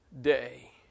day